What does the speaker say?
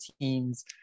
teams